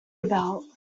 about